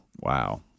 Wow